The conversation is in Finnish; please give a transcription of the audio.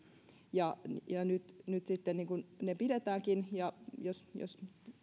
nyt nyt sitten ne pidetäänkin ja jos jos